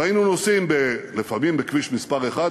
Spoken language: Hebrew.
והיינו נוסעים לפעמים בכביש מס' 1,